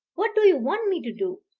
what do you want me to do?